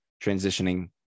transitioning